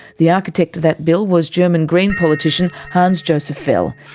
the architect of that bill was german green politician hans-josef fell.